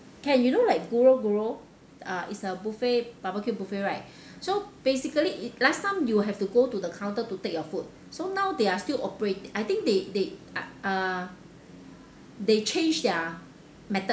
can you know like goro goro uh is a buffet barbecue buffet right so basically it last time you will have to go to the counter to take your food so now they are still operate I think they they uh they change their method